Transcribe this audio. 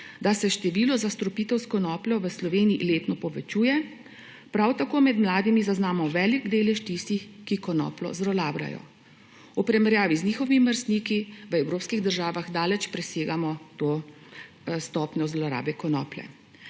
da se število zastrupitev s konopljo v Sloveniji letno povečuje, prav tako med mladimi zaznamo velik delež tistih, ki konopljo zlorabljajo. V primerjavi z njihovimi vrstniki v evropskih državah daleč presegamo to stopnjo zlorabe konoplje.